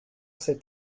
cet